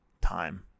time